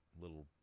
little